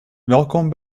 welkom